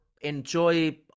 enjoy